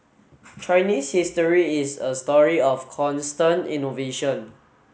Chinese history is a story of constant innovation